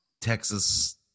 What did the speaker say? Texas